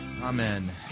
Amen